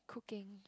cooking